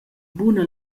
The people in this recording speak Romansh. buna